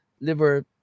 liver